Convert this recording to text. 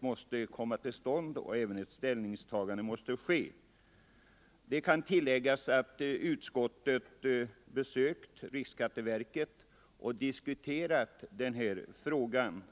måste komma till stånd och att ett ställningstagande måste ske. Det kan tilläggas att utskottet besökt riksskatteverket och där diskuterat frågan.